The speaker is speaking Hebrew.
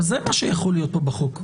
זה מה שיכול להיות פה בחוק.